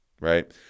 right